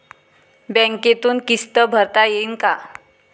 बँकेतून किस्त भरता येईन का?